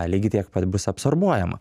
lygiai tiek pat bus absorbuojama